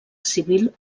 civil